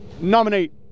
nominate